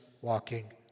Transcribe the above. walking